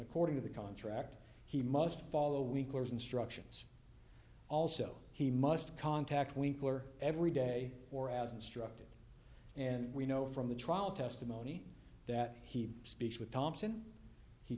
according to the contract he must follow we clear instructions also he must contact winkler every day or as instructed and we know from the trial testimony that he speaks with thompson he